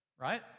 right